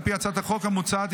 על פי הצעת החוק המוצעת,